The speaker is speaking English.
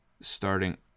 starting